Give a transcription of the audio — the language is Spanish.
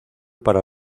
para